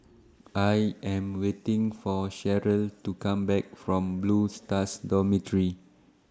I Am waiting For Cheryl to Come Back from Blue Stars Dormitory